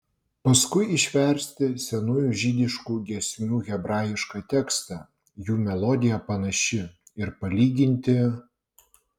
paskui išversti senųjų žydiškų giesmių hebrajišką tekstą jų melodija panaši ir palyginti